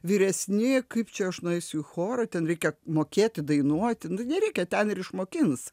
vyresnieji kaip čia aš nueisiu į chorą ten reikia mokėti dainuoti nereikia ten ir išmokins